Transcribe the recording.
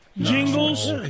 jingles